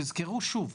תזכרו שוב,